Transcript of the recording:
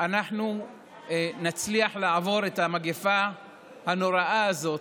אנחנו נצליח לעבור את המגפה הנוראה הזאת,